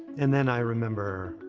and then i remember,